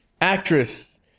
actress